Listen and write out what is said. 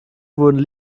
wurden